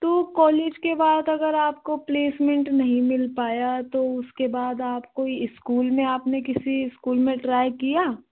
तो कॉलेज के बाद अगर आपको प्लेसमेंट नहीं मिल पाया तो उसके बाद आप कोई स्कूल में अपने किसी स्कूल में ट्राई किया